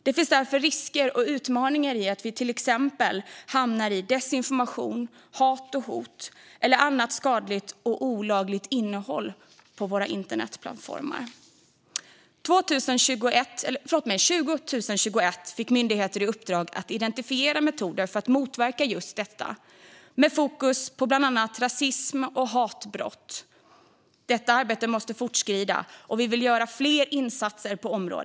Det finns därför risker och utmaningar i att vi till exempel hamnar i desinformation, hat och hot eller annat skadligt och olagligt innehåll på våra internetplattformar. År 2021 fick myndigheterna i uppdrag att identifiera metoder för att motverka detta, med fokus på bland annat rasism och hatbrott. Arbetet måste fortskrida, och vi vill göra fler insatser på området.